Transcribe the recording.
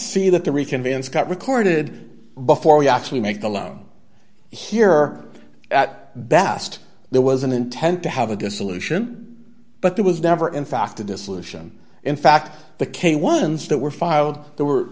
see that the reconvince got recorded before we actually make the loan here at best there was an intent to have a good solution but there was never in fact a dissolution in fact the k ones that were filed there were